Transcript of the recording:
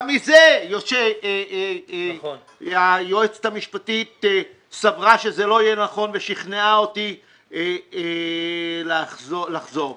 גם בזה היועצת המשפטית סברה שזה לא יהיה נכון ושכנעה אותי לחזור בי.